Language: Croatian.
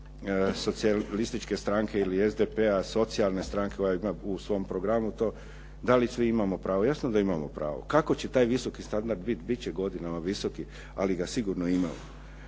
socijalističke stranke ili SDP-a, socijalne stranke koja ima u svom programu to, da li svi imamo pravo? Jasno da imamo pravo. Kako će taj visoki standard biti? Biti će godinama visoki, ali ga sigurno imamo.